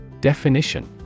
Definition